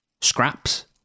scraps